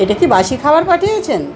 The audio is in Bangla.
এটা কি বাসি খাবার পাঠিয়েছেন